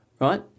right